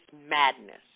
madness